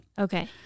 Okay